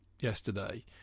yesterday